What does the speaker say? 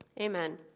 Amen